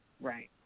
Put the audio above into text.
Right